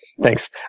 Thanks